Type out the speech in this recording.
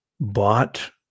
bought